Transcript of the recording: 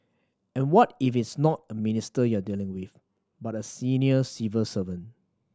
and what if it's not a minister you're dealing with but a senior civil servant